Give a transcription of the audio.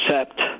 accept